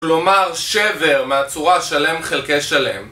כלומר שבר מהצורה שלם חלקי שלם